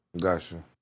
Gotcha